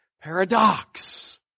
Paradox